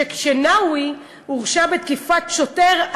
כשנאווי הורשע בתקיפת שוטר,